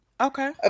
Okay